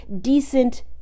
decent